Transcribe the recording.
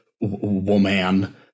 woman